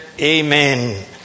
amen